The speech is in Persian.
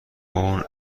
اون